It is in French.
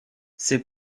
ses